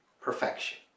perfection